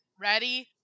Ready